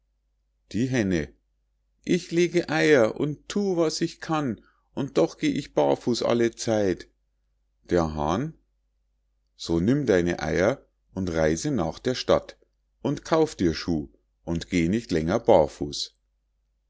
die henne ich lege eier und thu was ich kann und doch geh ich barfuß allezeit der hahn so nimm deine eier und reise nach der stadt und kauf dir schuh und geh nicht länger barfuß